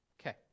Okay